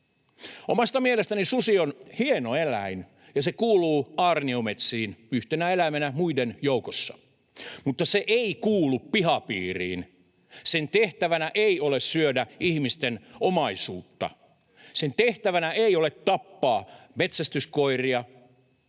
Omasta mielestäni susi on hieno eläin ja se kuuluu aarniometsiin yhtenä eläimenä muiden joukossa, mutta se ei kuulu pihapiiriin. Sen tehtävänä ei ole syödä ihmisten omaisuutta. Sen tehtävänä ei ole tappaa metsästyskoiria,